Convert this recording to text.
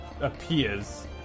appears